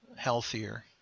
healthier